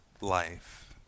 life